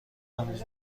امروز